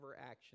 action